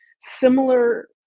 similar